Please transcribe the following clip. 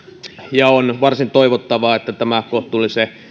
ja on varsin toivottavaa että tämä kohtuullisen